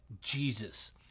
Jesus